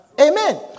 Amen